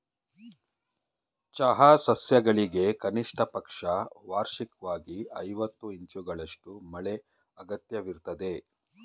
ಚಹಾ ಸಸ್ಯಗಳಿಗೆ ಕನಿಷ್ಟಪಕ್ಷ ವಾರ್ಷಿಕ್ವಾಗಿ ಐವತ್ತು ಇಂಚುಗಳಷ್ಟು ಮಳೆ ಅಗತ್ಯವಿರ್ತದೆ